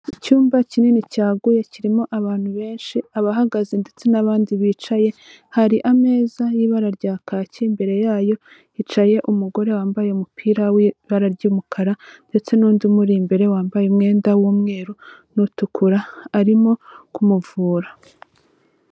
Icyumba kinini cyaguye kirimo abantu benshi, abahagaze ndetse n'abandi bicaye, hari ameza y'ibara rya kaki, imbere yayo hicaye umugore wambaye umupira w'ibara ry'umukara ndetse n'undi umuri imbere, wambaye umwenda w'umweru n'utukura, arimo kumuvura.